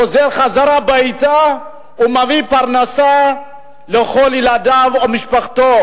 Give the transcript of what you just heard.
חוזר חזרה הביתה ומביא פרנסה לכל ילדיו ומשפחתו?